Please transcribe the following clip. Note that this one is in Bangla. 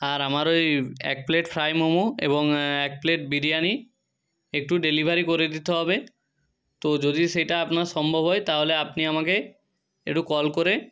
আর আমার ওই এক প্লেট ফ্রাই মোমো এবং এক প্লেট বিরিয়ানি একটু ডেলিভারি করে দিতে হবে তো যদি সেটা আপনার সম্ভব হয় তাহলে আপনি আমাকে একটু কল করে